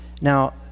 Now